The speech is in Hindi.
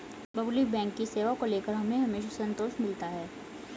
पब्लिक बैंक की सेवा को लेकर हमें हमेशा संतोष मिलता है